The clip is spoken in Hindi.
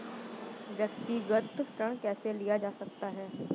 व्यक्तिगत ऋण कैसे लिया जा सकता है?